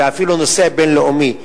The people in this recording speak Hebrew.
ואפילו נושא בין-לאומי,